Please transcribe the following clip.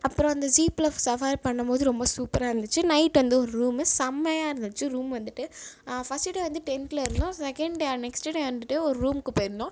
அப்புறம் அந்த ஸீப்பில் சஃபாரி பண்ணும் போது ரொம்ப சூப்பராக இருந்துச்சு நைட் வந்து ரூம் செம்மையாக இருந்துச்சு ரூம் வந்துட்டு ஃபர்ஸ்ட்டு டே வந்து டென்ட்டில் இருந்தோம் செகண்ட் டே நெக்ஸ்ட்டு டே வந்துட்டு ஒரு ரூமுக்கு போயிருந்தோம்